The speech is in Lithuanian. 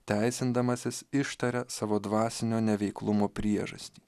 teisindamasis ištaria savo dvasinio neveiklumo priežastį